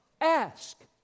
Ask